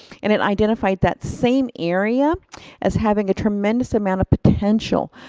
and it identified that same area as having a tremendous amount of potential.